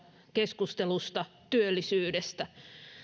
keskustelusta työllisyydestä